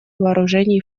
вооружений